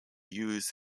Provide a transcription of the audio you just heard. used